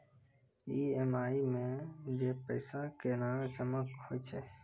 EMI मे जे पैसा केना जमा होय छै?